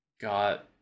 got